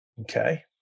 Okay